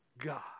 God